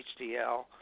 HDL